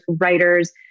writers